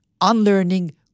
unlearning